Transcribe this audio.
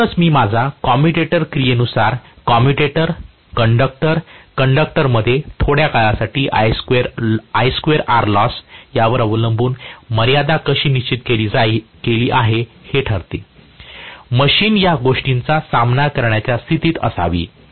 म्हणूनच मी माझ्या कम्युटेटर क्रियेनुसार कम्युटेटर कंडक्टर कंडक्टरमध्ये थोड्या काळासाठी I2R लॉस यावर अवलंबून मर्यादा कशी निश्चित केली आहे हे ठरते मशीन या गोष्टींचा सामना करण्याच्या स्थितीत असावी